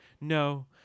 no